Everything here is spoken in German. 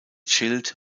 schild